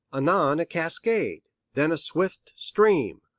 anon a cascade, then a swift stream,